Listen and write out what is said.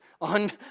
on